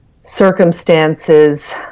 circumstances